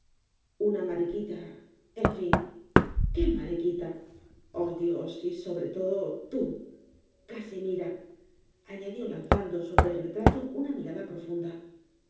una mariquita en fin qué mariquita oh dios y sobre todo tú casimira añadió lanzando sobre el retrato una mirada profunda